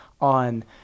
on